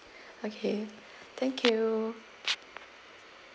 okay thank you